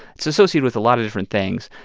it's associated with a lot of different things.